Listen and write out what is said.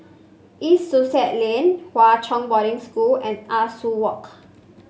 East Sussex Lane Hwa Chong Boarding School and Ah Soo Walk